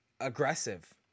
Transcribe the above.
aggressive